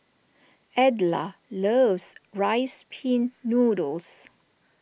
Edla loves Rice Pin Noodles